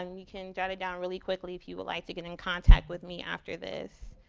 um you can jot it down really quickly if you would like to get in contact with me after this.